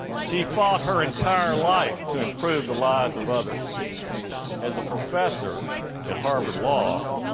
she fought her entire life to improve the lives of others as a professor at harvard law,